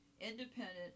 independent